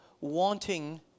wanting